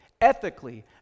ethically